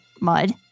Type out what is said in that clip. Mud